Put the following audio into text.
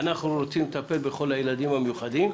אנחנו רוצים לטפל בכל הילדים המיוחדים.